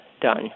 done